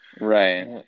right